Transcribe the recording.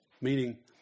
meaning